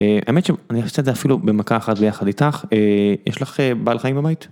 אני חושב שזה אפילו במכה אחת ביחד איתך יש לך בעל חיים בבית.